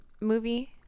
movie